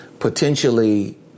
potentially